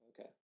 okay